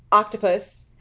octopus,